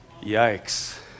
Yikes